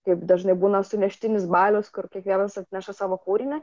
kaip dažnai būna suneštinis balius kur kiekvienas atneša savo kūrinį